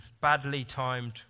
badly-timed